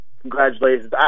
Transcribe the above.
Congratulations